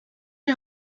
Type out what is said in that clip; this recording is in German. die